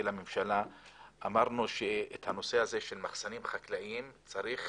לממשלה אמרנו שאת הנושא הזה של מחסנים חקלאיים צריך